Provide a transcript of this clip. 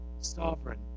sovereign